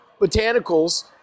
botanicals